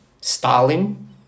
Stalin